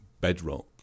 bedrock